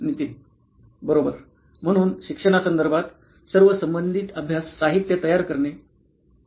नितीन बरोबर म्हणून शिक्षणासंदर्भात सर्व संबंधित अभ्यास साहित्य तयार करणे